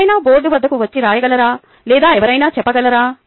ఎవరైనా బోర్డు వద్దకు వచ్చి రాయగలరా లేదా ఎవరైనా చెప్పగలరా